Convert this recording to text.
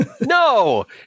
No